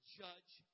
judge